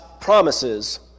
promises